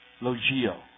Logio